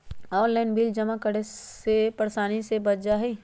Online bill जमा करे से परेशानी से बच जाहई?